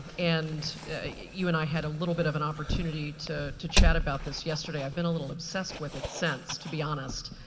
and you and i had a little bit of an opportunity to to chat about this yesterday. i've been a little obsessed with it since, to be honest.